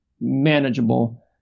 manageable